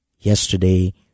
yesterday